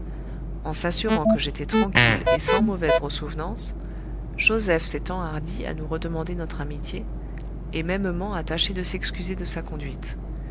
en s'assurant que j'étais tranquille et sans mauvaise ressouvenance joseph s'est enhardi à nous redemander notre amitié et mêmement a tâché de s'excuser de sa conduite